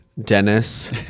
Dennis